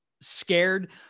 scared